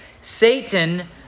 Satan